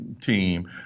team